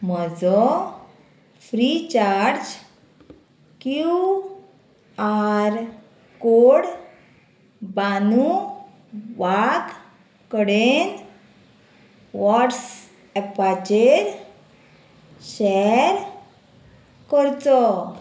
म्हजो free charge Q R code बानू वाघ कडेन वॉट्सऍपाचेर शॅर करचो